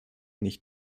nicht